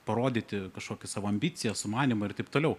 parodyti kažkokį savo ambicijas sumanymą ir taip toliau